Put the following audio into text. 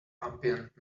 ambient